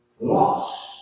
lost